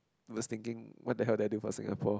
was thinking what the hell did I do for Singapore